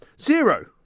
zero